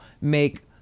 make